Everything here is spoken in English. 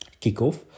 kickoff